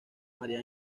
maría